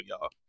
y'all